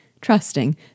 trusting